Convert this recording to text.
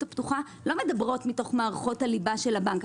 הפתוחה לא מדברות מתוך מערכות הליבה של הבנק.